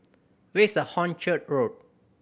where is Hornchurch Road